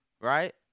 Right